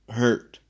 hurt